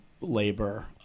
labor